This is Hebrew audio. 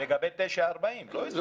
לגבי תשעה עד 45 קילומטר, לא את זה.